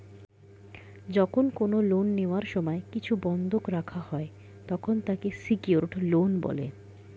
যখন কোন লোন নেওয়ার সময় কিছু বন্ধক রাখা হয়, তখন তাকে সিকিওরড লোন বলে